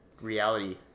reality